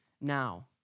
now